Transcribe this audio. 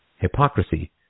hypocrisy